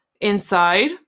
inside